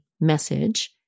message